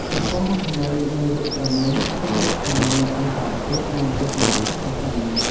ចំពោះអត្ថន័យនៃរូបព្រហ្មនេះ ជនជាតិខ្មែរនិងអន្តរជាតិមានទស្សនៈខុសៗគ្នា។